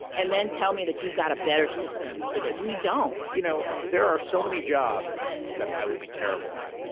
and then tell me that you've got a better system for it. we don't. you know, there are so many jobs that i would be terrible at. yeah